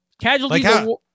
casualties